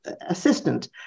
assistant